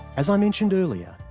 as i mentioned earlier,